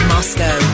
Moscow